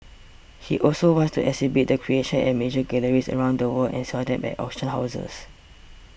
he also wants to exhibit the creations at major galleries around the world and sell them at auction houses